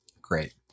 great